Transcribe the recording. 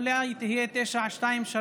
אולי תהיה 923,